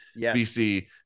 BC